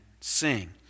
sing